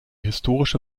historische